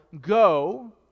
go